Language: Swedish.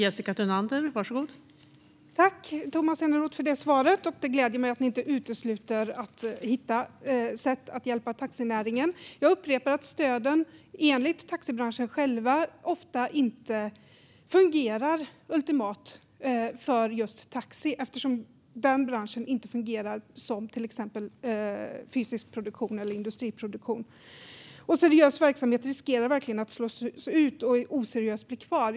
Fru talman! Tack, Tomas Eneroth, för det svaret! Det gläder mig att ni inte utesluter att hitta sätt att hjälpa taxinäringen. Jag upprepar att stöden enligt taxibranschen själv ofta inte fungerar ultimat för just taxi eftersom branschen inte fungerar som till exempel fysisk produktion eller industriproduktion. Seriös verksamhet riskerar verkligen att slås ut, och oseriös blir kvar.